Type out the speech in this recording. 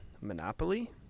monopoly